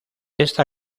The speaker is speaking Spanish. esta